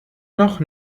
noch